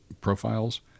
profiles